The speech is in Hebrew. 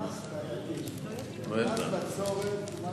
נגיד שאני מתחלף אתך לרגע.